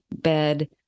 bed